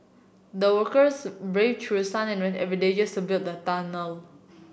the workers brave through sun and rain every day just to build the tunnel